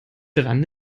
dran